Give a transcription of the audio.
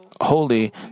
holy